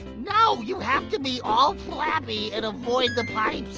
you know you have to be all flappy and avoid the